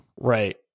Right